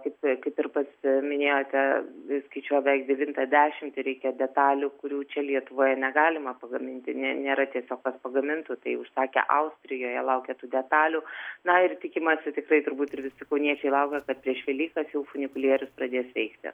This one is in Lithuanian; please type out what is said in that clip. kaip ir kaip ir pats minėjote skaičiuoja beveik devintą dešimtį reikia detalių kurių čia lietuvoje negalima pagaminti ne nėra tiesiog kas pagamintų tai užsakė austrijoje laukia tų detalių na ir tikimasi tikrai turbūt ir visi kauniečiai laukia kad prieš velykas jau funikulierius pradės veikti